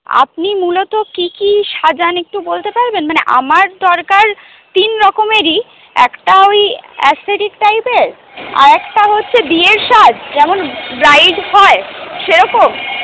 আপনি মূলত কি কি সাজান একটু বলতে পারবেন মানে আমার দরকার তিন রকমেরই একটা ওই এসথেটিক টাইপের আর একটা হচ্ছে বিয়ের সাজ যেমন ব্রাইড হয় সেরকম